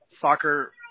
soccer